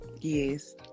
yes